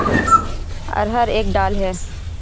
अरहर एक दाल है